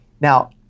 Now